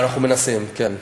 אנחנו מנסים, כן.